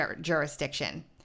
jurisdiction